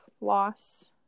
loss